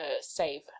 save